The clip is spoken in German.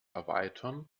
erweitern